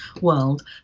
world